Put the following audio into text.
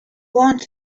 want